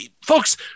Folks